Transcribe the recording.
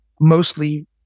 mostly